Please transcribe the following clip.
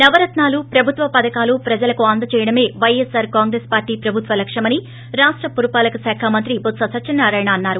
నవరత్నాలు ప్రభుత్వ పథకాలు ప్రజలకు అందజేయడమే వైఎస్పార్ కాంగ్రెస్ పార్టీ ప్రభుత్వ లక్క్యమని రాష్ట పురపాలక శాఖ మంత్రి బొత్స సత్యనారాయణ అన్నారు